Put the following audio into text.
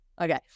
Okay